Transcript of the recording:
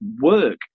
work